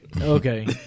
Okay